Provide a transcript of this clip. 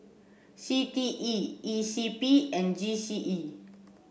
C T E E C P and G C E